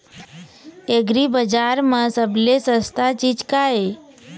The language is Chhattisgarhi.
एग्रीबजार म सबले सस्ता चीज का ये?